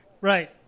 Right